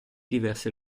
diverse